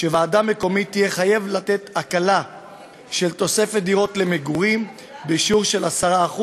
ועדה מקומית תהיה חייבת לתת הקלה של תוספת דירות למגורים בשיעור 10%,